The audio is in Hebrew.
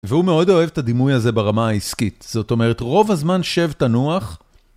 והוא מאוד אוהב את הדימוי הזה ברמה העסקית, זאת אומרת רוב הזמן שב, תנוח.